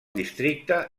districte